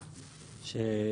על התפוח, אתה שם?